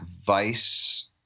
Vice